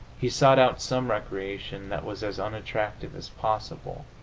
he sought out some recreation that was as unattractive as possible,